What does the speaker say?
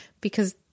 because-